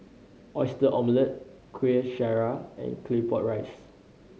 Oyster Omelette Kueh Syara and Claypot Rice